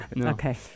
Okay